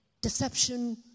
deception